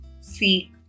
seek